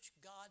God